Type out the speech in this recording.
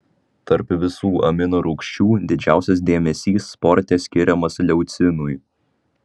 tarp visų amino rūgščių didžiausias dėmesys sporte skiriamas leucinui